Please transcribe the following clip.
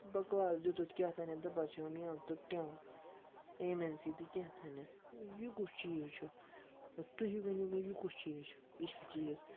بَکواس دیُتُتھ کیٛاہتام دَپان چھُ ہَم ایٚو تہٕ ٹیٚو ایٚم این سی تہٕ کیٛاہتام یہِ کُس چیٖز چھُ تُہی ؤنِو مےٚ یہِ کُس چیٖز چھُ یہِ چھا چیٖز